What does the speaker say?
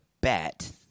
bet